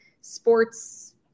sports